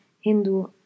Hindu